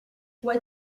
what